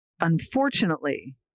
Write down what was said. unfortunately